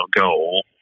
goal